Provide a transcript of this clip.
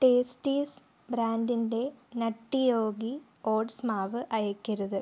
Tasties ബ്രാൻഡിന്റെ Nutty Yogi oats മാവ് അയയ്ക്കരുത്